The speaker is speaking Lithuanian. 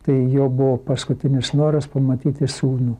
tai jo buvo paskutinis noras pamatyti sūnų